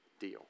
deal